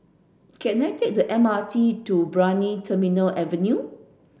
can I take the M R T to Brani Terminal Avenue